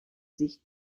sich